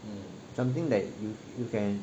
something that you you can